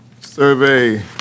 Survey